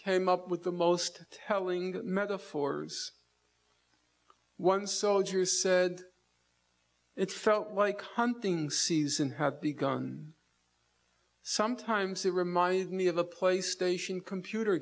came up with the most telling metaphors one soldiers said it felt like hunting season had begun sometimes it reminded me of a play station computer